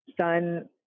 son